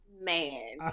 Man